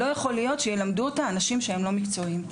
לא ייתכן שילמדו אותה מורים שאינם מקצועיים.